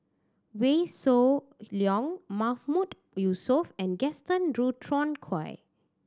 Wee Shoo Leong Mahmood Yusof and Gaston Dutronquoy